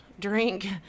drink